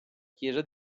chiesa